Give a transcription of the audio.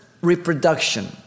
reproduction